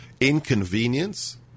Inconvenience